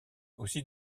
aussi